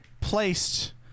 placed